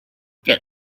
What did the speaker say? get